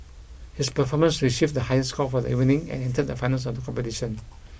his performance received the highest score for the evening and entered the finals of the competition